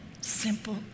Simple